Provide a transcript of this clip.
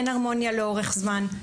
אין הרמוניה לאורך זמן.